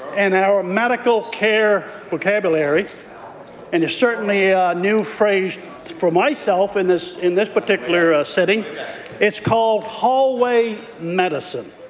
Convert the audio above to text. in our medical care vocabulary and it's certainly a new phrase for myself in this in this particular sitting it's called hallway medicine.